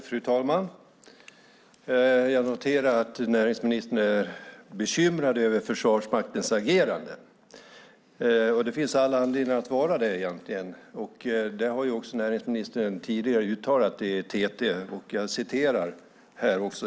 Fru talman! Jag noterar att näringsministern är bekymrad över Försvarsmaktens agerande, och det finns egentligen all anledning att vara det. Det har näringsministern också uttalat i TT tidigare.